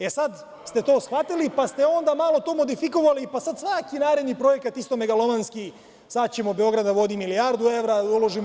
E, sad ste to shvatili, pa ste onda to malo modefikovali, pa sad svaki naredni projekat isto megolomanski, sad ćemo „Beograd na vodi“ milijardu evra uložimo…